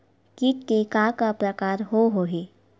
कीट के का का प्रकार हो होही?